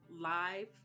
live